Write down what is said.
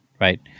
right